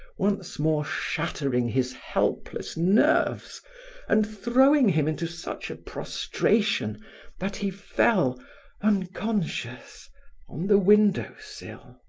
once more shattering his helpless nerves and throwing him into such a prostration that he fell unconscious on the window sill.